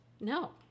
No